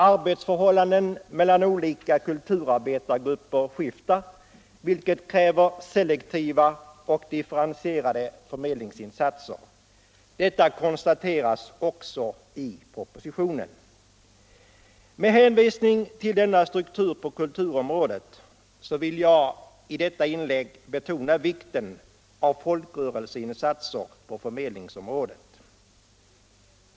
Arbetsförhållandena mellan olika kulturarbetargrupper skiftar, vilket kräver selektiva och differentierade förmedlingsinsatser. Detta konstateras också i propositionen. Med hänvisning till denna struktur på kulturområdet vill jag i detta inlägg betona vikten av folkrörelseinsatser på förmedlingsområdet.